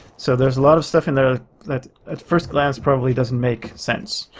so there's a lot of stuff in there that, at first glance probably doesn't make sense.